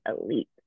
elite